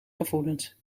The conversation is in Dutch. gevoelens